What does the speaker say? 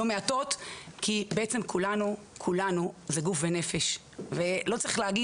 מעטות כי בעצם כולנו זה גוף ונפש ולא צריך להגיד